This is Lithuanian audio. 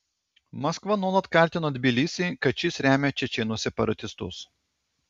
maskva nuolat kaltino tbilisį kad šis remia čečėnų separatistus